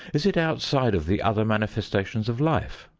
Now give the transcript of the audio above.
is it outside of the other manifestations of life?